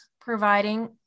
providing